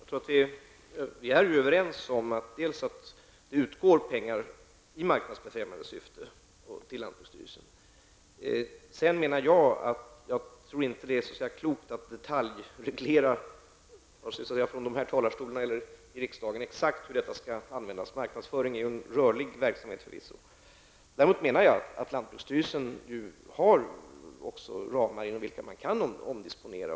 Herr talman! Vi är överens om att det utgår pengar till lantbruksstyrelsen i marknadsbefrämjande syfte. Jag tror inte att det är klokt att detaljreglera, vare sig från kammarens talarstol eller från riksdagen i övrigt, exakt hur de medlen skall användas. Marknadsföring är förvisso en rörlig verksamhet. Däremot menar jag att lantbruksstyrelsen har ramar inom vilka man kan omdisponera.